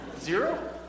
Zero